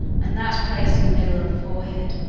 and that placed in the middle of the forehead.